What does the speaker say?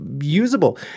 usable